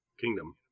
Kingdom